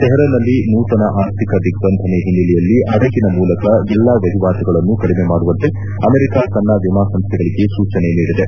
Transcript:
ತೆಹರನ್ನಲ್ಲಿ ನೂತನ ಆರ್ಥಿಕ ದಿಗ್ಲಂಧನೆ ಹಿನ್ನೆಲೆಯಲ್ಲಿ ಹಡಗಿನ ಮೂಲಕ ಎಲ್ಲಾ ವಹಿವಾಟುಗಳನ್ನು ಕಡಿಮೆ ಮಾಡುವಂತೆ ಅಮೆರಿಕ ಶನ್ನ ವಿಮಾ ಸಂಸ್ವೆಗಳಿಗೆ ಸೂಚನೆ ನೀಡಿದೆ